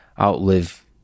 outlive